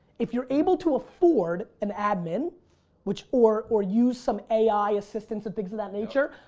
if you're able to afford an admin which or or use some ai assistance and things of that nature,